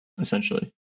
Essentially